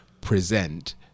present